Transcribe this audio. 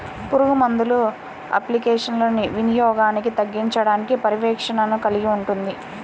పురుగుమందుల అప్లికేషన్ల వినియోగాన్ని తగ్గించడానికి పర్యవేక్షణను కలిగి ఉంటుంది